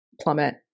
plummet